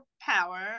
power